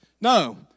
no